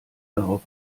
darauf